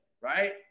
right